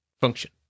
function